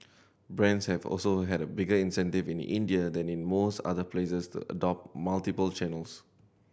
brands have also had a bigger incentive in India than in most other places to adopt multiple channels